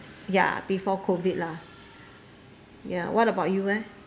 ya before COVID lah ya what about you eh